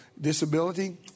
disability